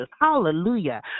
Hallelujah